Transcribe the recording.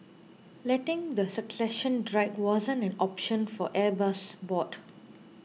letting the succession drag wasn't an option for Airbus's board